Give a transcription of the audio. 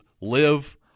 live